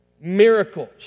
miracles